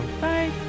bye